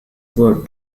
were